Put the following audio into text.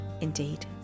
indeed